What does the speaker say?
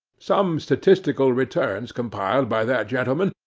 some statistical returns compiled by that gentleman,